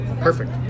perfect